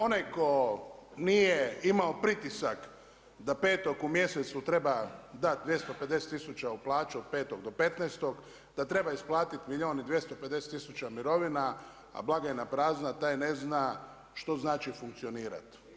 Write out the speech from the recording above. Onaj tko nije imao pritisak da petog u mjesecu treba dati 250 tisuća u plaću od 5 do 15, da treba isplatiti milijun i 250 tisuća mirovina, a blagajna prazna, taj ne zna šta znači funkcionirati.